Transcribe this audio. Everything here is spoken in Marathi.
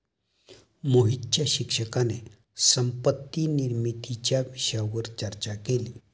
मोहितच्या शिक्षकाने संपत्ती निर्मितीच्या विषयावर चर्चा केली